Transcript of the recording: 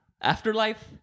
Afterlife